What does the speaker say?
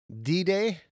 D-Day